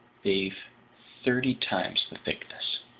they've thirty times the thickness.